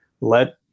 let